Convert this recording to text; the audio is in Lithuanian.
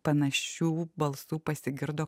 panašių balsų pasigirdo